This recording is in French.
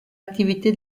activité